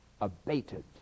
abated